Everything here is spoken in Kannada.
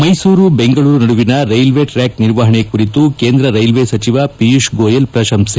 ಮೈಸೂರು ಬೆಂಗಳೂರು ನಡುವಿನ ರೈಲ್ವೆ ಟ್ರ್ಯಾಕ್ ನಿರ್ವಹಣೆ ಕುರಿತು ಕೇಂದ್ರ ರೈಲ್ವೆ ಸಚಿವ ಪಿಯೂಷ್ ಗೋಯಲ್ ಪ್ರಶಂಸೆ